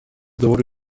doğru